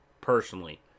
personally